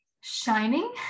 shining